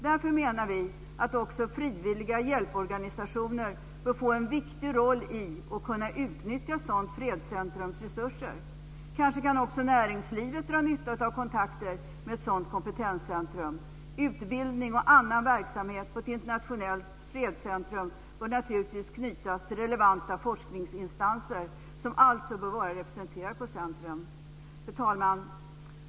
Därför menar vi att också frivilliga hjälporganisationer bör få en viktig roll i och kunna utnyttja ett sådant fredscentrums resurser. Kanske kan även näringslivet dra nytta av kontakter med ett sådant kompetenscentrum. Utbildning och annan verksamhet på ett internationellt fredscentrum bör naturligtvis knytas till relevanta forskningsinstanser, som alltså bör vara representerade på centrumet. Fru talman!